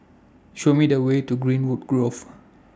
Show Me The Way to Greenwood Grove